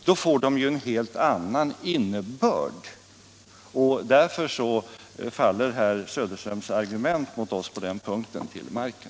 Då får de ju en helt annan innebörd, och därför faller också herr Söderströms argument mot oss på den punkten till marken.